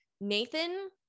Nathan